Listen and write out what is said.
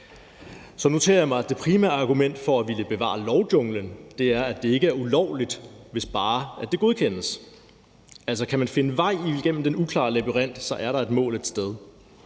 Så noterer jeg mig, at det primære argument for at ville bevare lovjunglen er, at det ikke er ulovligt, hvis bare det godkendes. Kan man finde vej igennem den uklare labyrint, er der et mål et sted.